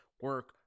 Work